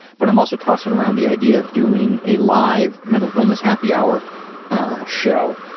but i'm also tossing around the idea of doing a live mental illness happy hour show.